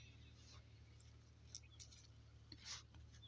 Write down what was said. मले सरकारी योजतेन पैसा टाकता येईन काय?